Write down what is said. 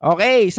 Okay